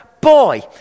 boy